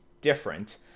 different